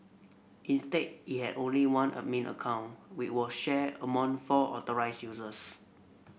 instead it had only one admin account we were shared among four authorised users